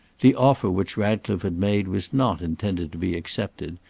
the offer which ratcliffe had made was not intended to be accepted,